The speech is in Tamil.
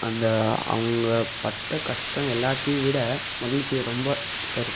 அந்த அவங்க பட்ட கஷ்டம் எல்லாத்தையும் விட மகிழ்ச்சியை ரொம்ப தரும்